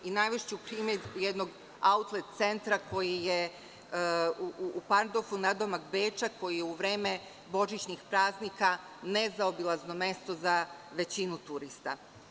Navešću primer jednog autlet centra koji je u Pandorfu nadomak Beča koji u vreme božičnih praznika je nezaobilazno mesto za većinu turista.